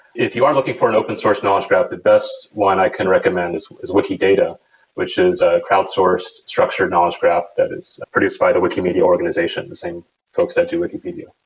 if you are looking for an open source knowledge graph, the best one i can recommend is is wikidata, which is a crowd-sourced structured knowledge graph that is produced by the wikimedia organization, the same folks that do wikipedia.